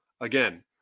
Again